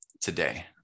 today